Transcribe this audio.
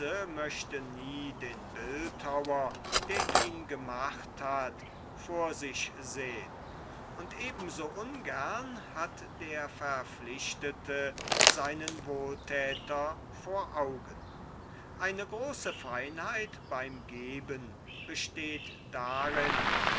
möchte nie den bildhauer der ihn gemacht hat vor sich sehn und eben so ungern hat der verpflichtete seinen wohlthäter vor augen eine große feinheit beim geben besteht darin